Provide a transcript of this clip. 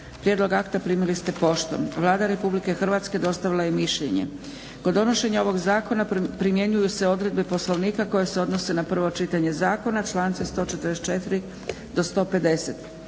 Prijedlog akta primili ste poštom. Vlada RH dostavila je mišljenje. Kod donošenja ovog zakona primjenjuju se odredbe poslovnika koje se odnose na prvo čitanje zakona, članci 144-150.